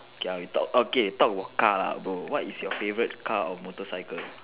okay we talk okay talk about car lah bro what is your favourite car or motorcycle